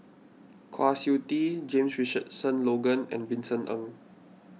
Kwa Siew Tee James Richardson Logan and Vincent Ng